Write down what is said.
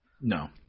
No